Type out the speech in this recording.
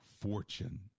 Fortune